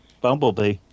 bumblebee